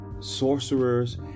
sorcerers